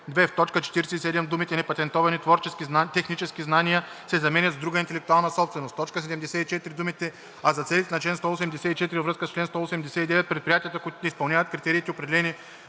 т. 47 думите „непатентовани технически знания“ се заменят с „друга интелектуална собственост“. 3. В т. 74 думите „а за целите на чл. 184 във връзка с чл. 189 –предприятията, които не изпълняват критериите, определени